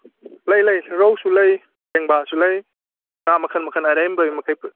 ꯂꯩ ꯂꯩ ꯔꯧꯁꯨ ꯂꯩ ꯄꯦꯡꯕꯥꯁꯨ ꯂꯩ ꯉꯥ ꯃꯈꯟ ꯃꯈꯟ ꯑꯔꯦꯝꯕ ꯃꯈꯩ